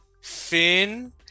Finn